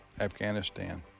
Afghanistan